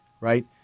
right